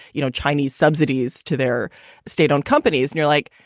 you know, chinese subsidies to their state owned companies. you're like,